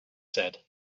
said